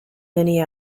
many